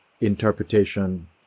interpretation